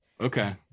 Okay